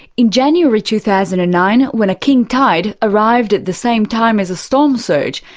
in january two thousand and nine, when a king tide arrived at the same time as a storm surge,